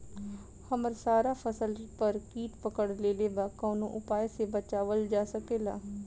हमर सारा फसल पर कीट पकड़ लेले बा कवनो उपाय से बचावल जा सकेला?